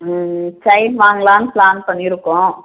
ம் ம் செயின் வாங்கலாம்னு ப்ளான் பண்ணியிருக்கோம்